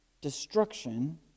destruction